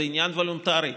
זה עניין וולונטרי,